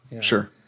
Sure